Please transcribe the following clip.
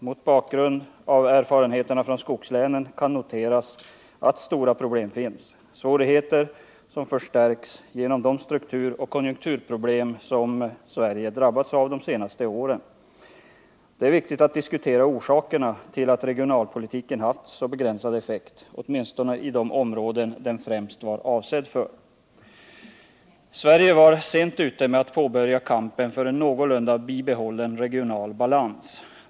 Mot bakgrund av erfarenheterna från skogslänen kan noteras att stora problem finns. Svårigheterna har förstärkts genom de strukturoch konjunkturproblem som Sverige drabbats av under de senaste åren. Det är viktigt att diskutera orsakerna till att regionalpolitiken haft så begränsad effekt, åtminstone i de områden den främst var avsedd för. Sverige var sent ute med att påbörja kampen för en någorlunda bibehållen regional balans.